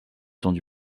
tendu